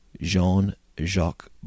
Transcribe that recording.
Jean-Jacques